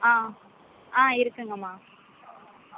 ஆ ஆ இருக்குதுங்கம்மா